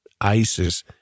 ISIS